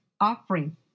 offering